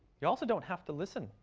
you also don't have to listen.